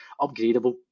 upgradable